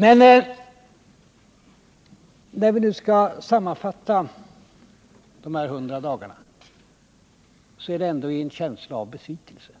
Men när vi nu skall sammanfatta de här hundra dagarna sker det ändå i en känsla av besvikelse.